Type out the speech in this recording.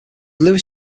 louis